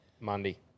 Monday